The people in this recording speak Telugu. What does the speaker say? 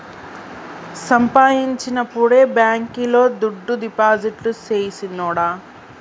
సంపాయించినప్పుడే బాంకీలో దుడ్డు డిపాజిట్టు సెయ్ సిన్నోడా